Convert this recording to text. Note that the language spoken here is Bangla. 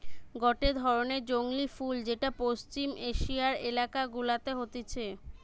গটে ধরণের জংলী ফুল যেটা পশ্চিম এশিয়ার এলাকা গুলাতে হতিছে